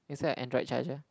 is that a android charger